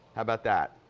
how about that.